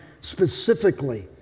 specifically